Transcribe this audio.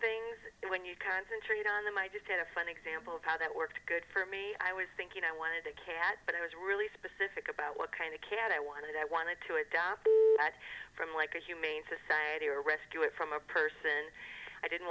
things when you concentrated on them i just had a fun example of how that worked good for me i was thinking i wanted a cat but i was really specific about what kind of cat i wanted i wanted to adopt that from like a humane society or rescue it from a person i didn't